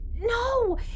no